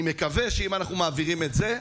אני מקווה שאם אנחנו מעבירים את זה,